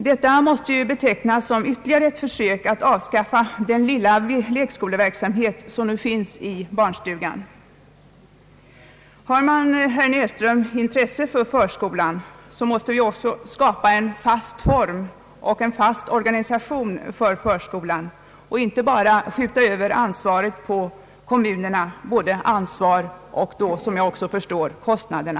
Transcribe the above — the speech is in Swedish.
Detta måste betecknas som ytterligare ett försök att avskaffa den lilla lekskoleverksamhet som nu finns i barnstugan. Om man, herr Näsström, har intresse för förskolan, måste vi också skapa en fast form och en fast organisation för förskolan och inte bara skjuta över både ansvar och kostnader på kommunerna.